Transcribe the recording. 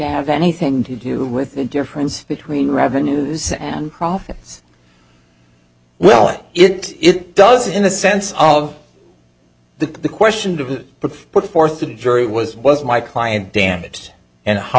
have anything to do with the difference between revenues and profits well it does in the sense of the question to put forth to the jury was was my client damaged and how